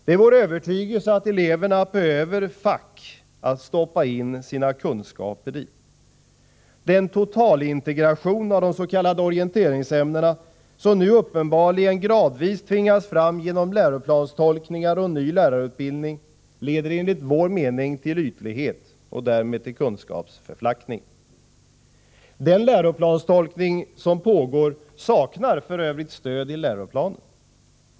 Det är vår övertygelse att eleverna behöver ”fack” att stoppa in sina kunskaper i. Den totalintegration av de s.k. orienteringsämnena som nu uppenbarligen gradvis tvingas fram genom läroplanstolkningar och en ny lärarutbildning leder enligt vår mening till ytlighet och därmed kunskapsförflackning. Den läroplanstolkning som pågår saknar f.ö. stöd i läroplanen.